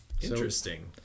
Interesting